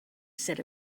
set